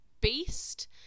Beast